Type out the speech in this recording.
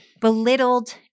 belittled